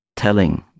telling